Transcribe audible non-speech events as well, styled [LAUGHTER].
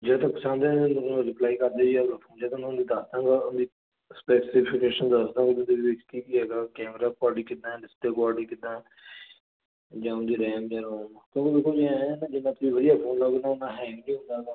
[UNINTELLIGIBLE] camera ਤੁਹਾਡੀ ਕਿੰਨਾ [UNINTELLIGIBLE]